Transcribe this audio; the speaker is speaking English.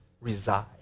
reside